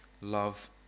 love